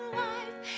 life